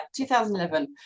2011